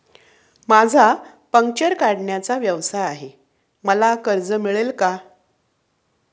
माझा पंक्चर काढण्याचा व्यवसाय आहे मला कर्ज मिळेल का?